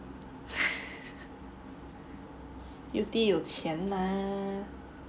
U_T 有钱 mah